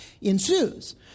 ensues